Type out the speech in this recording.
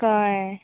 कळ्ळें